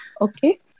Okay